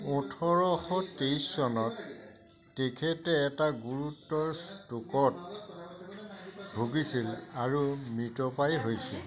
ওঠৰশ তেইছ চনত তেখেতে এটা গুৰুতৰ ষ্ট্ৰোকত ভুগিছিল আৰু মৃতপ্ৰায় হৈছিল